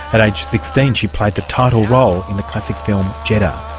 at age sixteen she played the title role in the classic film jedda.